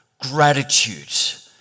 gratitude